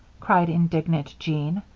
cried indignant jean.